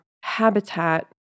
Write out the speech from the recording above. habitat